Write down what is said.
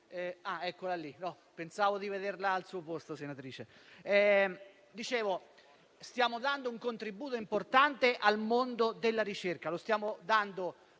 Stiamo dando un contributo importante al mondo della ricerca,